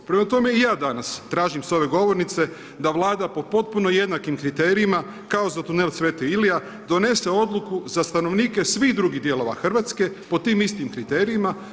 Prema tome i ja danas tražim sa ove govornice da Vlada po potpuno jednakim kriterijima kao za tunel Sv. Ilija donese odluku za stanovnike svih drugih dijelova Hrvatske po tim istim kriterijima.